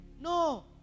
No